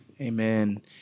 Amen